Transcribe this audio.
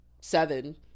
seven